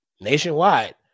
nationwide